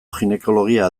ginekologia